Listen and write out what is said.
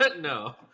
No